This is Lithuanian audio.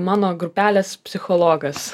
mano grupelės psichologas